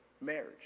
marriage